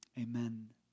amen